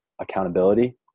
accountability